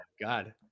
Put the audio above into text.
God